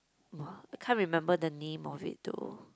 !wah! I can't remember the name of it though